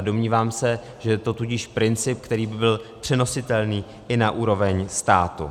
Domnívám se, že je to tudíž princip, který by byl přenositelný i na úroveň státu.